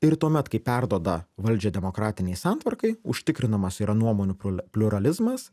ir tuomet kai perduoda valdžią demokratinei santvarkai užtikrinamas yra nuomonių pliu pliuralizmas